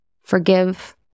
forgive